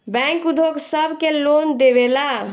bank उद्योग सब के लोन देवेला